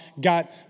got